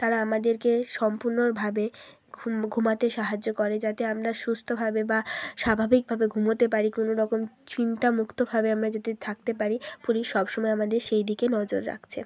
তারা আমাদেরকে সম্পূর্ণভাবে ঘুম ঘুমাতে সাহায্য করে যাতে আমরা সুস্থভাবে বা স্বাভাবিকভাবে ঘুমোতে পারি কোনোরকম চিন্তামুক্তভাবে আমরা যাতে থাকতে পারি পুলিশ সবসময় আমাদের সেই দিকে নজর রাখছে